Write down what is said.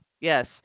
Yes